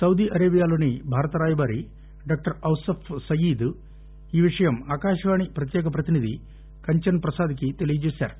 Saudi Arabia లోని భారత రాయబారి డాక్లర్ ఔసఫ్ సయీద్ ఈ విషయం ఆకాశవాణి ప్రత్యేక ప్రతినిధి కంచన్ ప్రసాద్ కి తెలియ చేసారు